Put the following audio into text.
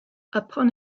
upon